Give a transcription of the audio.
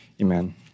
amen